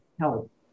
help